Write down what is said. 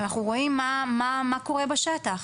אנחנו רואים מה קורה בשטח.